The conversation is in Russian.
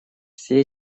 все